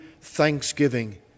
thanksgiving